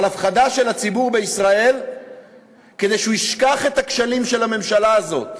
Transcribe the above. אבל הפחדה של הציבור בישראל כדי שהוא ישכח את הכשלים של הממשלה הזאת,